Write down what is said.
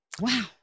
Wow